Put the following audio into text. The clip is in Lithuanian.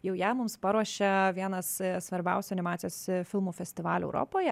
jau ją mums paruošia vienas svarbiausių animacijos filmų festivalių europoje